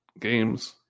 games